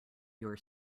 your